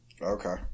Okay